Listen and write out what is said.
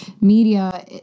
media